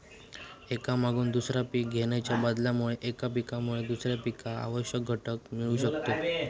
एका मागून दुसरा पीक घेणाच्या बदलामुळे एका पिकामुळे दुसऱ्या पिकाक आवश्यक पोषक घटक मिळू शकतत